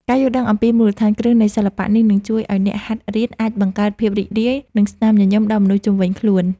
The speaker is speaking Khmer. ការយល់ដឹងអំពីមូលដ្ឋានគ្រឹះនៃសិល្បៈនេះនឹងជួយឱ្យអ្នកហាត់រៀនអាចបង្កើតភាពរីករាយ និង ស្នាមញញឹមដល់មនុស្សជុំវិញខ្លួន។